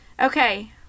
okay